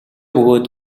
бөгөөд